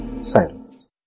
silence